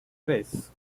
tres